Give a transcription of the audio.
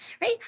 right